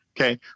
Okay